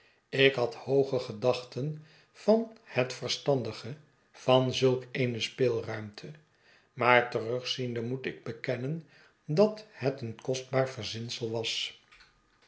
ik had hooge gedachten van het verstandige van zulk eene speelruimte maar terugziende moet ik bekennen dat het een kostbaar verzinsel was